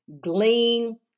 Glean